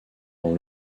dans